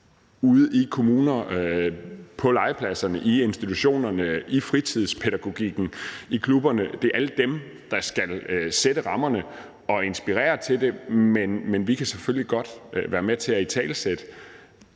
ude i kommunerne, på legepladserne, i institutionerne, i fritidspædagogikken, i klubberne – det er alle dem – der skal sætte rammerne og inspirere til det. Men vi kan selvfølgelig godt være med til at italesætte,